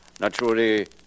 naturally